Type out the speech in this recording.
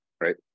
right